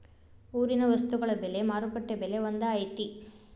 ಊರಿನ ವಸ್ತುಗಳ ಬೆಲೆ ಮಾರುಕಟ್ಟೆ ಬೆಲೆ ಒಂದ್ ಐತಿ?